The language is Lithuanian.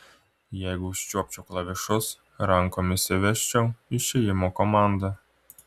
jeigu užčiuopčiau klavišus rankomis įvesčiau išėjimo komandą